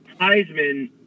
Heisman